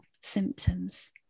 symptoms